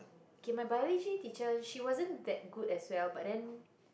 okay my biology teacher she wasn't that good as well but then